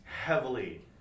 heavily